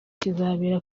kizabera